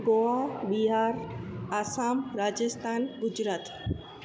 Goa Bihar Assam Rajasthan Gujarat